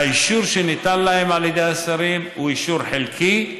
האישור שניתן להם על ידי השרים הוא אישור חלקי,